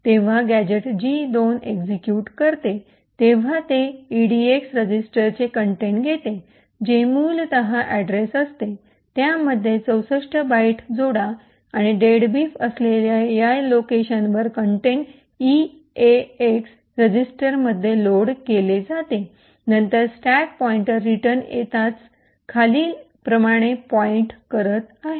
जेव्हा gadget G 2 execute करते तेव्हा ते इडीडक्स रजिस्टरचे कंटेंट घेते जे मूलत अड्रेस असते त्यामध्ये ६४ बाइट्स जोडा आणि डेडबीफ असलेल्या या लोकेशनवरील कंटेंट ईएक्स रजिस्टरमध्ये लोड केली जाते नंतर स्टॅक पॉईंटर रिटर्न येताच खाली खालीलप्रमाणे पॉईंट करत आहे